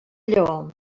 lleó